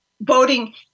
voting